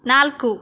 ನಾಲ್ಕು